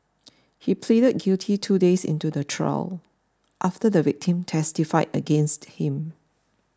he pleaded guilty two days into the trial after the victim testified against him